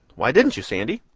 why didn't you, sandy?